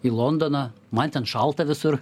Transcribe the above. į londoną man ten šalta visur